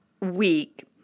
week